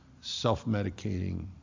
self-medicating